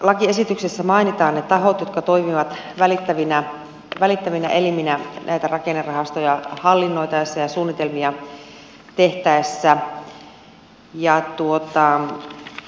lakiesityksessä mainitaan ne tahot jotka toimivat välittävinä eliminä näitä rakennerahastoja hallinnoitaessa ja suunnitelmia tehtäessä